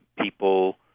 people